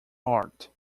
heart